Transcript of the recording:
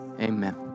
amen